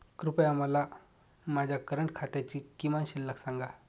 कृपया मला माझ्या करंट खात्याची किमान शिल्लक सांगा